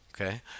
okay